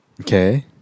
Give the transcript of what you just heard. Okay